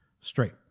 straight